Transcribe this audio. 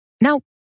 Now